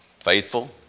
Faithful